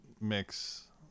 mix